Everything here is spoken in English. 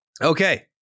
Okay